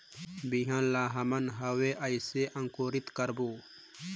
बिहान ला हमन हवे कइसे अंकुरित करबो?